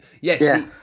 Yes